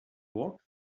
walk